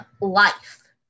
life